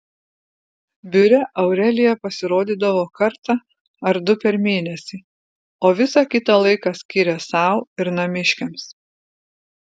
biure aurelija pasirodydavo kartą ar du per mėnesį o visą kitą laiką skyrė sau ir namiškiams